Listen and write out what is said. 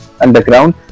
underground